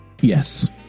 Yes